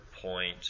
point